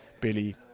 Billy